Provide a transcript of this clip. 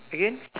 again